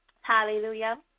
Hallelujah